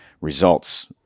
results